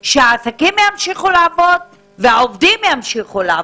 העסקים ימשיכו לעבוד והעובדים ימשיכו לעבוד.